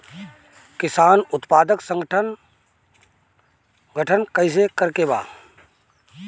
किसान उत्पादक संगठन गठन कैसे करके बा?